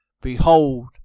Behold